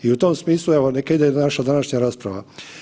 I u tom smislu neka ide naša današnja rasprava.